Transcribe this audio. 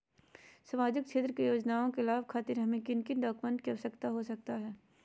सामाजिक क्षेत्र की योजनाओं के लाभ खातिर हमें किन किन डॉक्यूमेंट की आवश्यकता हो सकता है?